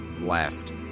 left